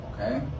Okay